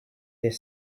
their